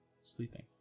sleeping